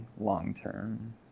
long-term